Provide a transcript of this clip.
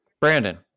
Brandon